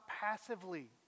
passively